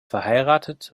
verheiratet